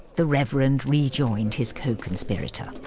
the reverend rejoined his co-conspirator.